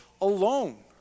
alone